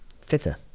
fitter